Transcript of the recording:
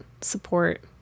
support